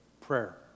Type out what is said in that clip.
prayer